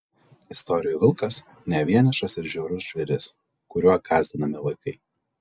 istorijų vilkas ne vienišas ir žiaurus žvėris kuriuo gąsdinami vaikai